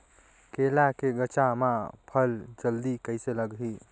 केला के गचा मां फल जल्दी कइसे लगही?